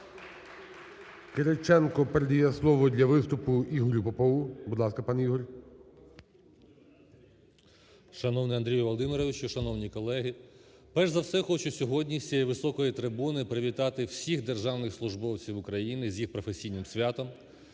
Кириченко передає слово для виступу Ігорю Попову. Будь ласка, пане Ігорю. 13:23:41 ПОПОВ І.В. Шановний Андрію Володимировичу, шановні колеги! Перш за все хочу сьогодні з цієї високої трибуни привітати всіх державних службовців України з їх професійним святом.